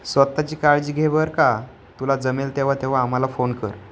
स्वतःची काळजी घे बरं का तुला जमेल तेव्हा तेव्हा आम्हाला फोन कर